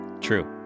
True